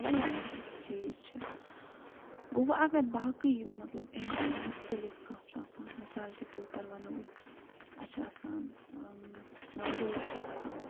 گوٚو واریاہ واریاہ چیٖز چھِ گوٚو وۄنۍ اگر باقٕے یِم مطلب أمۍ نِش مُختلِف کانٛہہ چھُ آسان مِثال کے طور پر وَنَو أسۍ اَسہِ چھِ آسان نَوروز چھِ آسان